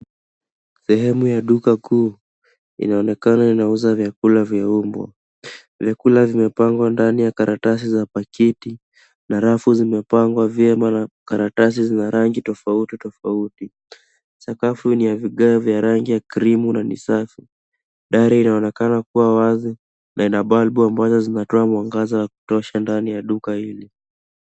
Sehemu ya duka kuu, inaonekana inauza vyakula vya mbwa. Vyakula vimepangwa ndani ya karatasi za pakiti na rafu zimepangwa vyema na karatasi zina rangi tofauti tofauti. Sakafu ni ya vigae vya rangi ya krimu na ni safi. Dari inaonekana kuwa wazi na ina balbu ambazo zinatoa mwangaza wa kutosha ndani ya duka hili.